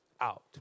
out